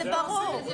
זה ברור.